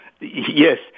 yes